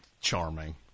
charming